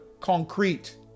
concrete